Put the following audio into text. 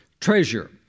treasure